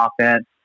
offense